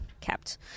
kept